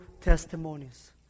testimonies